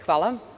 Hvala.